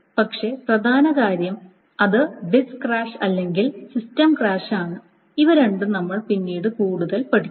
പക്ഷേ പ്രധാന കാര്യം അത് ഡിസ്ക് ക്രാഷ് അല്ലെങ്കിൽ സിസ്റ്റം ക്രാഷ് ആണ് ഇവ രണ്ടും നമ്മൾ പിന്നീട് കൂടുതൽ പഠിക്കും